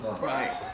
Right